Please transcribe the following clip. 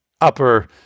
upper